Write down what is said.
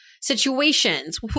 situations